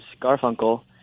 Garfunkel